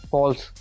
False